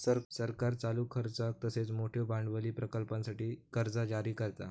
सरकार चालू खर्चाक तसेच मोठयो भांडवली प्रकल्पांसाठी कर्जा जारी करता